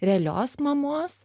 realios mamos